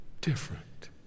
different